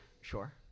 Sure